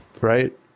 Right